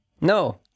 No